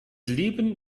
leben